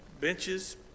benches